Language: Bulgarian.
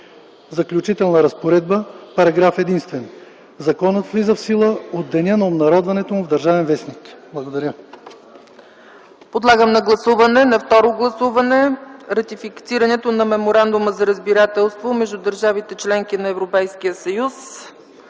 Заключителна разпоредба Параграф единствен. Законът влиза в сила от деня на обнародването му в „Държавен вестник”.” ПРЕДСЕДАТЕЛ ЦЕЦКА ЦАЧЕВА: Подлагам на второ гласуване ратифициране на Меморандума за разбирателство между държавите – членки на Европейския съюз,